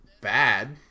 bad